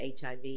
HIV